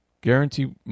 guarantee